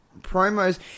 promos